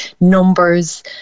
numbers